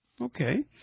Okay